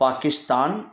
Pakistan